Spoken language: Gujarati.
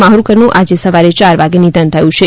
માહ્રકરનું આજે સવાર યાર વાગ્યે નિધન થયું છે